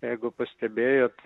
jeigu pastebėjot